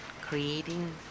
creating